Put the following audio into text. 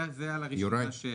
על הראשונה.